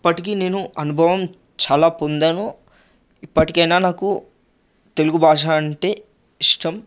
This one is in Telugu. ఇప్పటికీ నేను అనుభవం చాలా పొందాను ఇప్పటికి అయినా నాకు తెలుగుభాష అంటే ఇష్టం